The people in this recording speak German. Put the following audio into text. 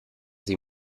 sie